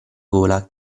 gola